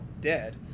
dead